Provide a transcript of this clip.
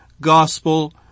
gospel